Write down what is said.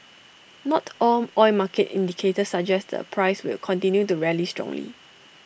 not all oil market indicators suggest the price will continue to rally strongly